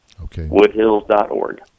Woodhills.org